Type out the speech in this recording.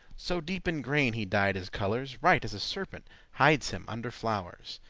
so deep in grain he dyed his colours. right as a serpent hides him under flow'rs,